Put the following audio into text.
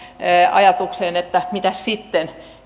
ajatukseen siihen näkökulmaan että mitäs sitten